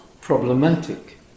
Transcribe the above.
problematic